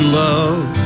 love